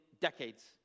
decades